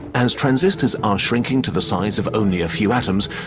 as transistors are shrinking to the size of only a few atoms,